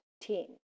team